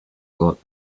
got